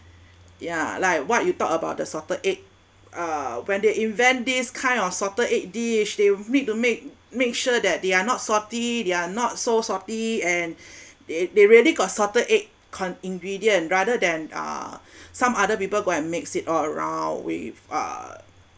yeah like what you talked about the salted egg uh when they invent this kind of salted egg dish they need to make make sure that they are not salty they're not so salty and they they really got salted egg con~ ingredient rather than uh some other people go and makes it all around with uh